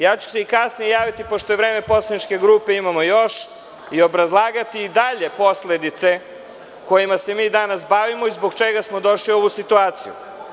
Javiću se i kasnije, pošto vreme poslaničke grupe imamo još i obrazlagati i dalje posledice kojima se mi danas bavimo i zbog čega smo došli u ovu situaciju.